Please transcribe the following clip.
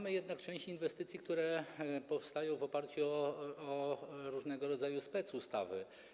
Jest jednak część inwestycji, które powstają w oparciu o różnego rodzaju specustawy.